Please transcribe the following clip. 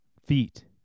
Feet